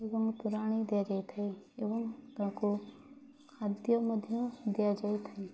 ଏବଂ ତୋରାଣି ଦିଆଯାଇଥାଏ ଏବଂ ତାଙ୍କୁ ଖାଦ୍ୟ ମଧ୍ୟ ଦିଆଯାଇଥାଏ